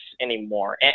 anymore